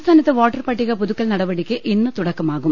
സംസ്ഥാനത്ത് വോട്ടർപട്ടിക പുതുക്കൽ നടപടിക്ക് ഇന്ന് തുടക്കമാ കും